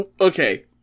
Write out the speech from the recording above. Okay